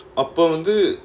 அப்ப வந்து:appe vanthu